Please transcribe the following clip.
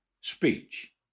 speech